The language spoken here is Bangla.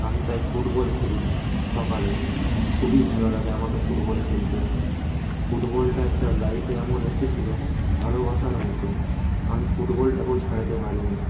আমি তাই ফুটবল খেলি সকালে খুবই ভালো লাগে আমার ফুটবল খেলতে ফুটবলটা একটা লাইফে এমন এসেছিল ভালোবাসার মতো আমি ফুটবলটাকেও ছাড়তে পারিনি